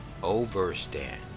overstand